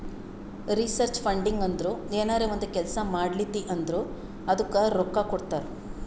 research funding ಅಂದುರ್ ಏನರೇ ಒಂದ್ ಕೆಲ್ಸಾ ಮಾಡ್ಲಾತಿ ಅಂದುರ್ ಅದ್ದುಕ ರೊಕ್ಕಾ ಕೊಡ್ತಾರ್